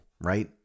right